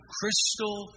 crystal